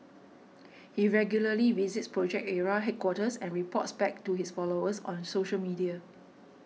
he regularly visits Project Ara headquarters and reports back to his followers on social media